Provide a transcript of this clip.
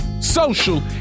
social